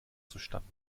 zustande